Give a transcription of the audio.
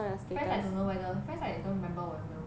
friends I don't know whether friends I don't remember 我又没有哭